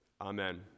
Amen